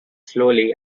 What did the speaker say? slowly